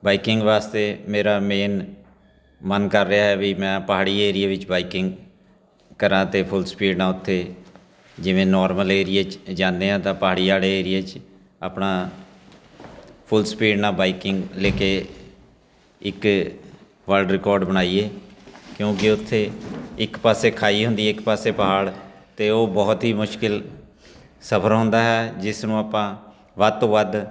biking ਵਾਸਤੇ ਮੇਰਾ main ਮਨ ਕਰ ਰਿਹਾ ਵੀ ਮੈਂ ਪਹਾੜੀ ਏਰੀਏ ਵਿੱਚ ਬਾਈਕਿੰਗ ਕਰਾਂ ਅਤੇ ਫੁੱਲ ਸਪੀਡਾਂ ਉੱਤੇ ਜਿਵੇਂ ਨੋਰਮਲੀ ਏਰੀਏ 'ਚ ਜਾਂਦੇ ਹਾਂ ਤਾਂ ਪਹਾੜੀ ਵਾਲੇ ਏਰੀਏ 'ਚ ਆਪਣਾ ਫੁੱਲ ਸਪੀਡ ਨਾਲ ਬਾਈਕਿੰਗ ਲੈ ਕੇ ਇੱਕ ਵਲਡ ਰਿਕਾਰਡ ਬਣਾਈਏ ਕਿਉਂਕਿ ਉੱਥੇ ਇੱਕ ਪਾਸੇ ਖਾਈ ਹੁੰਦੀ ਇੱਕ ਪਾਸੇ ਪਹਾੜ ਅਤੇ ਉਹ ਬਹੁਤ ਹੀ ਮੁਸ਼ਕਲ ਸਫਰ ਹੁੰਦਾ ਹੈ ਜਿਸ ਨੂੰ ਆਪਾਂ ਵੱਧ ਤੋਂ ਵੱਧ